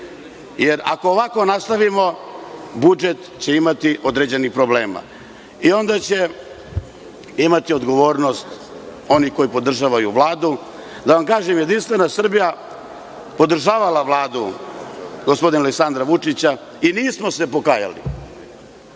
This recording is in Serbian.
budžetu. Ako ovako nastavimo, budžet će imati određenih problema. Onda će imati odgovornost oni koji podržavaju Vladu. Da vam kažem, JS je podržavala Vladu Aleksandra Vučića i nismo se pokajali.